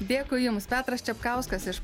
dėkui jums petras čepkauskas iš